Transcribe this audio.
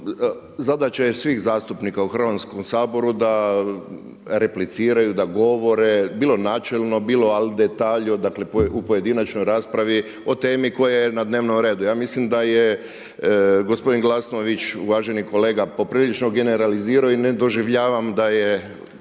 zadaća je svih zastupnika u Hrvatskom saboru da repliciraju, da govore, bilo načelno, bilo …/Govornik se ne razumije./… dakle u pojedinačnoj raspravi o temi koja je na dnevnom redu. Ja mislim da je gospodin Glasnović, uvaženi kolega poprilično generalizirao i ne doživljavam da je